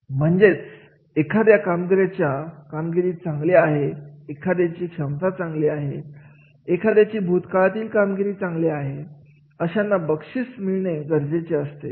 म्हणजेच एखाद्या कामगारांची कामगिरी चांगली आहे एखाद्याची क्षमता चांगली आहे एखाद्याची भूतकाळातील कामगिरी चांगले आहे अशांना बक्षीस मिळाली असणे गरजेचे आहे